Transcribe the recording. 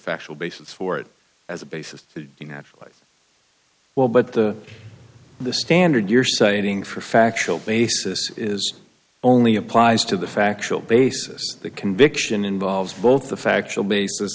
factual basis for it as a basis you know i'd like well but the the standard you're citing for a factual basis is only applies to the factual basis the conviction involves both the factual basis